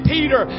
Peter